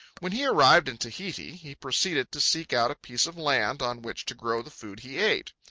when he arrived in tahiti, he proceeded to seek out a piece of land on which to grow the food he ate.